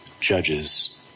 judge's